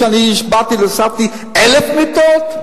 כשאני באתי והוספתי 1,000 מיטות?